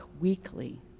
weekly